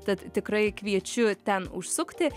tad tikrai kviečiu ten užsukti